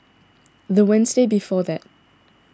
the Wednesday before that